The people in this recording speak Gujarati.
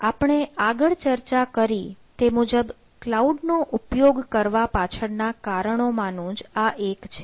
આપણે આગળ ચર્ચા કરી તે મુજબ ક્લાઉડ નો ઉપયોગ કરવા પાછળના કારણો માં નું જ આ એક છે